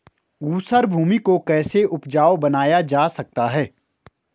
ऊसर भूमि को कैसे उपजाऊ बनाया जा सकता है?